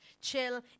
chill